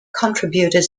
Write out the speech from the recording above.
contributed